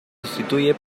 sustituye